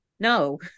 No